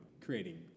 creating